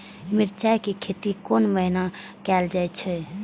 मिरचाय के खेती कोन महीना कायल जाय छै?